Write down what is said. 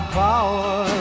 power